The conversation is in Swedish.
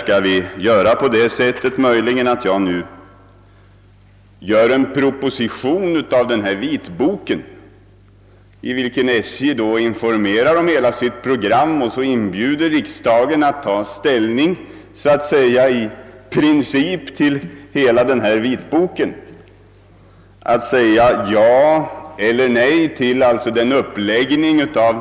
Skall jag möjligen göra en proposition av den vitbok, i vilken SJ informerar om sitt program, och inbjuda riksdagen att ta ställning i princip till hela materialet, alltså att säga ja eller nej till den uppläggning av